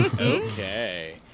Okay